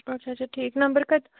اچھا اچھا ٹھیٖک نمبر کَتہِ